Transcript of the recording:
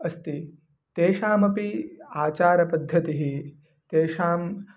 अस्ति तेषामपि आचारपद्धतिः तेषां